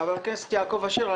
חבר הכנסת יעקב אשר,